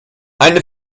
eine